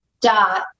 dot